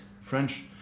French